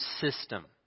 system